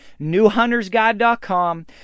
newhuntersguide.com